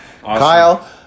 Kyle